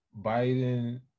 Biden